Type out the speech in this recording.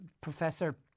Professor